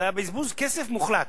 זה היה בזבוז כסף מוחלט.